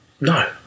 No